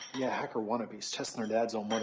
yeah, hacker wannabes testing their dads' old but